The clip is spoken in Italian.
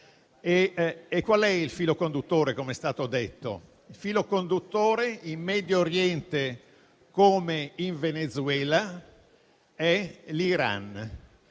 Qual è il filo conduttore, come è stato detto? Il filo conduttore, in Medio Oriente come in Venezuela, è l'Iran,